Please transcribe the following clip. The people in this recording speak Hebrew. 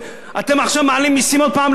אתם עכשיו מעלים מסים עוד פעם לאזרחים,